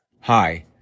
hi